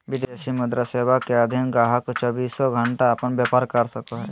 विदेशी मुद्रा सेवा के अधीन गाहक़ चौबीसों घण्टा अपन व्यापार कर सको हय